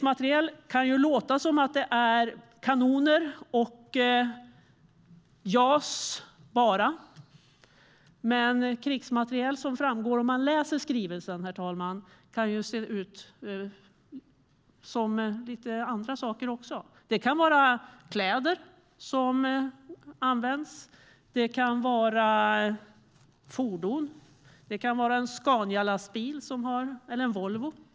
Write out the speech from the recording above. Det kan låta som att krigsmaterial är bara kanoner och JAS, men av skrivelsen framgår att krigsmaterial kan vara annat också. Det kan vara kläder och fordon. Det kan vara en Scanialastbil eller en Volvo.